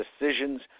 decisions